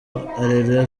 areruya